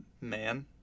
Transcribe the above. man